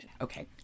Okay